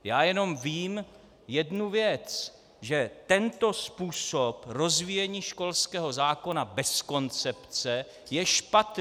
Já jenom vím jednu věc, že tento způsob rozvíjení školského zákona bez koncepce je špatný!